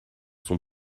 sont